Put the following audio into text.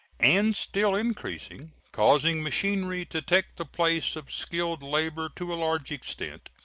and still increasing, causing machinery to take the place of skilled labor to a large extent,